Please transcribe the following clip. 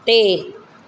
ਤੇ